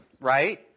right